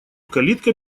калитка